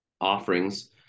offerings